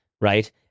right